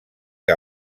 que